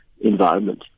environment